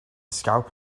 scalpel